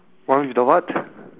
one with the what